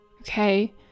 okay